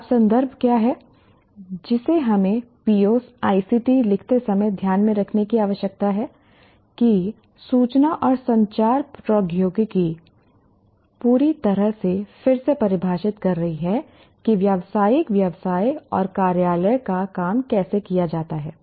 तो अब संदर्भ क्या है जिसे हमें POs ICT लिखते समय ध्यान में रखने की आवश्यकता है कि सूचना और संचार प्रौद्योगिकी पूरी तरह से फिर से परिभाषित कर रही है कि व्यावसायिक व्यवसाय और कार्यालय का काम कैसे किया जाता है